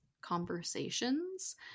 conversations